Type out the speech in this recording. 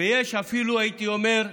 ויש אפילו, הייתי אומר,